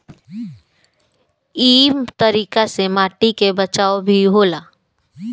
इ तरीका से माटी के बचाव भी होला